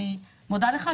אני מודה לך,